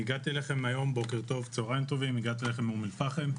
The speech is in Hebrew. הגעתי אליהם מאום אל פחם.